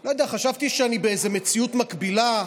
לא יודע, חשבתי שאני באיזו מציאות מקבילה,